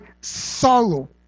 sorrow